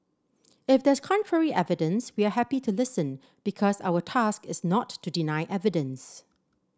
if there's contrary evidence we are happy to listen because our task is not to deny evidence